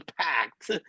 packed